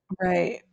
Right